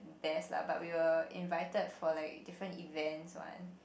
there is lah but we were invited for like different event one